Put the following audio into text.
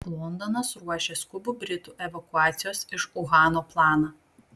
londonas ruošia skubų britų evakuacijos iš uhano planą